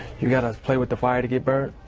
you got to play with the fire to get burnt.